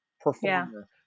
performer